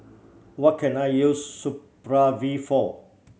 what can I use Supravit for